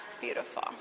Beautiful